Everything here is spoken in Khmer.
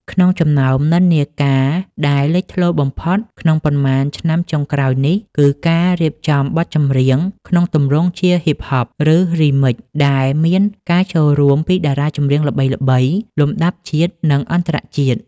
ក្នុងចំណោមនិន្នាការដែលលេចធ្លោបំផុតក្នុងប៉ុន្មានឆ្នាំចុងក្រោយនេះ គឺការរៀបចំបទចម្រៀងក្នុងទម្រង់ជា Hip-hop ឬ Remix ដែលមានការចូលរួមពីតារាចម្រៀងល្បីៗលំដាប់ជាតិ និងអន្តរជាតិ។